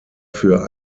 für